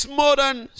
modern